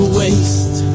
waste